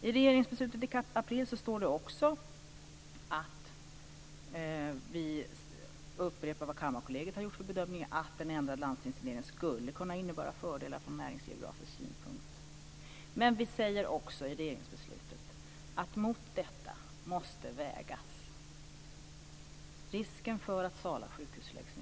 I regeringsbeslutet i april upprepar vi också Kammarkollegiets bedömning, att en ändrad landstingsindelning skulle kunna innebära fördelar från näringsgeografisk synpunkt. Men vi säger också i regeringsbeslutet att mot detta måste vägas risken för att Sala lasarett läggs ned.